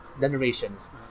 generations